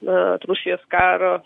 na rusijos karo